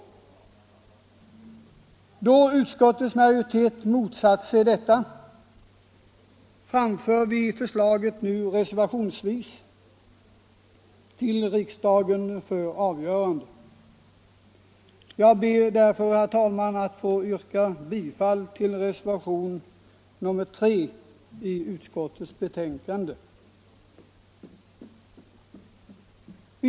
Eftersom utskottets majoritet har motsatt sig detta yrkande framför vi nu vårt förslag reservationsvis till riksdagen för avgörande. Jag ber därför, herr talman, att få yrka bifall till reservationen 3 i utskottets betänkande.